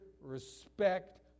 respect